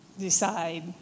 decide